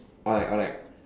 or like or like